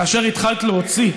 כאשר התחלת להוציא,